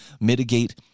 mitigate